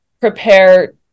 prepare